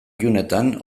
ilunetan